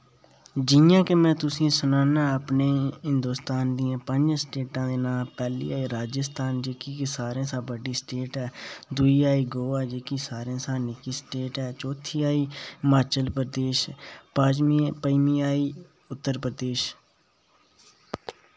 जि'यां कि में तुसें सनान्ना अपने हिन्दोस्तान दियां पंज स्टेटां दे नां पैह्ली ऐ राजिस्थान जेह्की कि सारें शा बड्डी स्टेट ऐ दूई आई गोवा जेह्की कि सारें हा निक्की स्टेट ऐ चौथी आई हिमाचल प्रदेश पंजमी पंजमी आई उत्तर प्रदेश